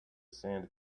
sand